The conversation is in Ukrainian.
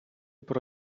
про